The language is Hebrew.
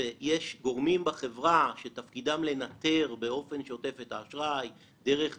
יש גורמים בחברה שתפקידם לנטר באופן שוטף את האשראי - דרך דיווחים,